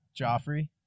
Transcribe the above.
Joffrey